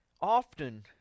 Often